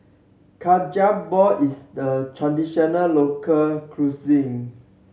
ball is a traditional local cuisine